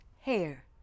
hair